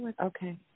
Okay